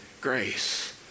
grace